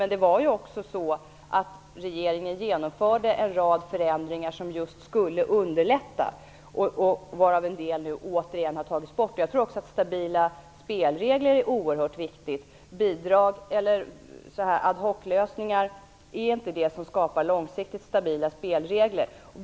Men den förra regeringen genomförde en rad förändringar som skulle underlätta för företagen, av vilka en del åter har tagits bort. Jag tror att stabila spelregler är oerhört viktiga. Ad hoc-lösningar är inte det som skapar långsiktigt stabila spelregler.